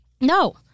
No